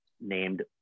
named